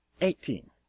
Eighteen